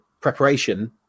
preparation